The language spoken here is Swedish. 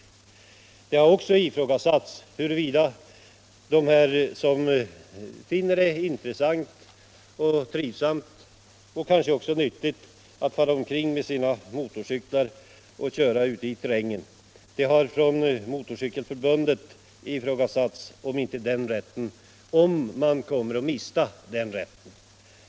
Svenska Motorcykelförbundet har ifrågasatt huruvida de som finner det intressant och trivsamt — och kanske också nyttigt — att fara omkring i terrängen på sina motorcyklar kommer att mista den rätten.